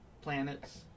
planets